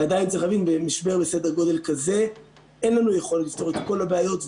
ועדיין צריך במשבר בסדר-גודל כזה אין לנו יכולת לפתור את כל הבעיות.